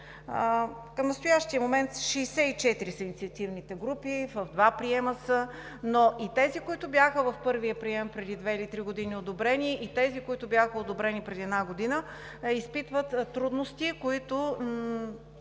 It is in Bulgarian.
Към настоящия момент инициативните групи са 64, в два приема, но и тези, които бяха одобрени в първия прием преди две или три години, и тези, които бяха одобрени преди една година, изпитват трудности, които